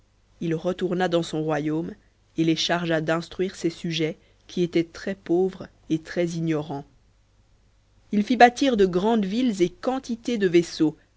il retourna dans son royaume et chargea tous ces habiles gens d'instruire ses sujets qui étaient très pauvres et très ignorants il fit bâtir de grandes villes et quantité de vaisseaux